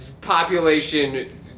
population